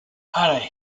outta